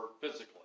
physically